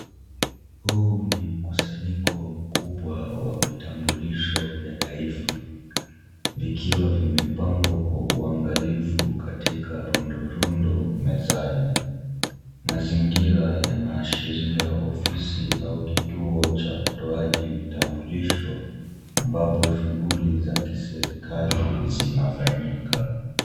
Huu ni mkusanyiko mkubwa wa vitambulisho vya taifa, vikiwa vimepangwa kwa uangalifu katika rundo rundo mezani. Mazingira yanaashiria ofisi au kituo cha utoaji vitambulisho ambapo shughuli za kiserikali zinafanyika.